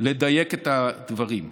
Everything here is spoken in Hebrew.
לדייק את הדברים.